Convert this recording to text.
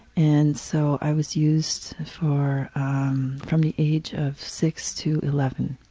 and so i was used for from the age of six to eleven.